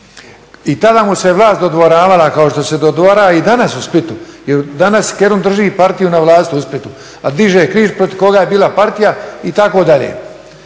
i tada mu se vlast dodvoravala kao što se dodvorava i danas u Splitu jer danas Kerum drži partiju na vlasti u Splitu, a diže križ protiv koga je bila partija itd., a